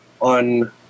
on